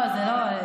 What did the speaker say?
לא, זה לא.